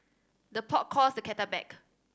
the pot calls the kettle back